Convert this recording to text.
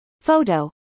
Photo